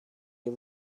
you